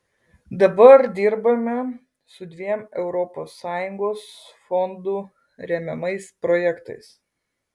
dabar dirbame su dviem europos sąjungos fondų remiamais projektais